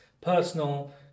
personal